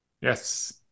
Yes